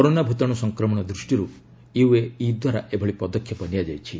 corona ଭୂତାଣୁ ସଂକ୍ରମଣ ଦୃଷ୍ଟିରୁ ୟୁଏଇ ଦ୍ୱାରା ଏଭଳି ପଦକ୍ଷେପ ନିଆଯାଇଛି